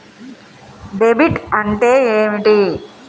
Debit అంటే ఏమిటి?